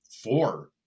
four